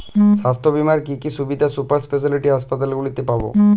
স্বাস্থ্য বীমার কি কি সুবিধে সুপার স্পেশালিটি হাসপাতালগুলিতে পাব?